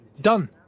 Done